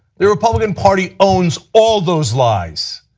the republican party owns all those lies.